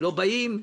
לא באים?